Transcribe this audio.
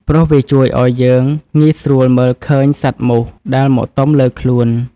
ព្រោះវាជួយឱ្យយើងងាយស្រួលមើលឃើញសត្វមូសដែលមកទុំលើខ្លួន។